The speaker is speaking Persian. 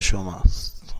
شماست